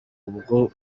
ubwo